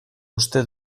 uste